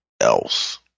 else